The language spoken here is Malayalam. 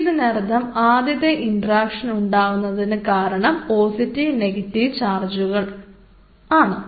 ഇതിനർത്ഥം ആദ്യത്തെ ഇൻട്രൊഡക്ഷൻ ഉണ്ടാവുന്നതിനു കാരണം പോസിറ്റീവ് നെഗറ്റീവ് ചാർജുകൾ ആണ്